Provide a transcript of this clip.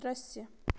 दृश्य